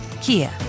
Kia